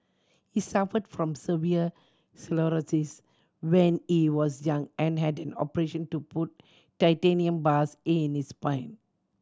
he suffered from severe sclerosis when he was young and had an operation to put titanium bars in his spine